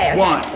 one.